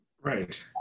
Right